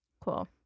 Cool